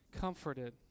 comforted